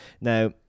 Now